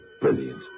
brilliant